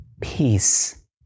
Peace